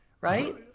right